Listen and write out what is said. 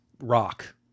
rock